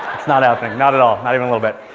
not happening. not at all. not even a little bit.